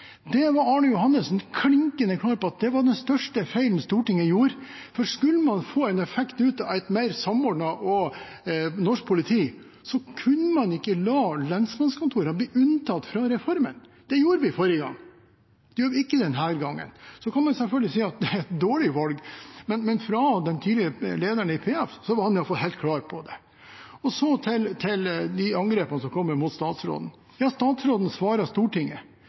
gjorde. Skulle man få en effekt av et mer samordnet norsk politi, kunne man ikke la lensmannskontorene bli unntatt fra reformen. Det gjorde vi forrige gang. Det gjør vi ikke denne gangen. Så kan man selvfølgelig si at det var et dårlig valg, men den tidligere lederen i PF var iallfall helt klar på det. Og så til angrepene som kommer mot statsråden. Ja, statsråden svarer Stortinget,